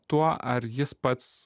tuo ar jis pats